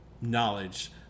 knowledge